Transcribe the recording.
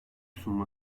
sunma